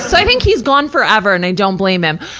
so i think he's gone forever and i don't blame him.